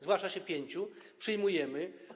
Zgłasza się pięciu, przyjmujemy.